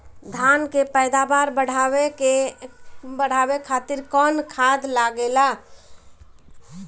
धान के पैदावार बढ़ावे खातिर कौन खाद लागेला?